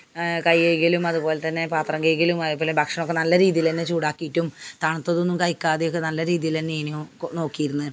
കൈ കഴുകലും അതുപോലെ തന്നെ പാത്രം കഴുകലും അതുപോലെ ഭക്ഷണമൊക്കെ നല്ല രീതിയിൽ തന്നെ ചൂടാക്കിയിട്ടും തണുത്തതൊന്നും കഴിക്കാതെ നല്ല രീതിയിലന്നേയ്നു നോക്കിയിരുന്നു